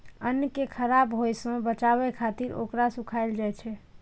अन्न कें खराब होय सं बचाबै खातिर ओकरा सुखायल जाइ छै